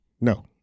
No